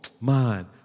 man